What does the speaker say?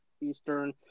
Eastern